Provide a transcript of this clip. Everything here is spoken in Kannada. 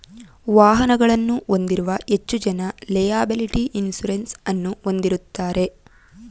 ವಾಹನಗಳನ್ನು ಹೊಂದಿರುವ ಹೆಚ್ಚು ಜನ ಲೆಯಬಲಿಟಿ ಇನ್ಸೂರೆನ್ಸ್ ಅನ್ನು ಹೊಂದಿರುತ್ತಾರೆ